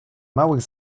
małych